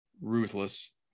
Ruthless